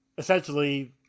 Essentially